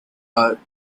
are